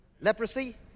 Leprosy